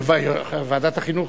יושב-ראש ועדת החינוך.